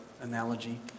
analogy